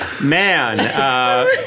Man